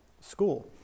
school